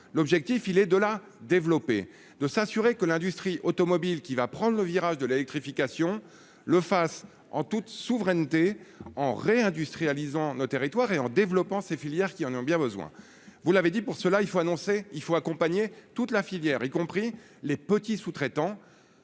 l'objectif, il est de la développer, de s'assurer que l'industrie automobile qui va prendre le virage de l'électrification le fasse en toute souveraineté en réindustrialiser nos territoires et en développant ses filières qui en ont bien besoin, vous l'avez dit, pour cela il faut annoncer il faut accompagner toute la filière, y compris les petits sous-traitants